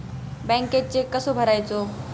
बँकेत चेक कसो भरायचो?